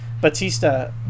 Batista